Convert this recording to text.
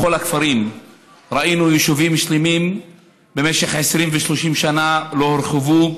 בכל הכפרים ראינו יישובים שלמים שבמשך 20 ו-30 שנה לא הורחבו.